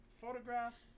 Photograph